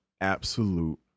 absolute